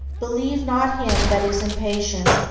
believe not him that is impatient,